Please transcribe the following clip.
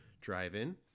drive-in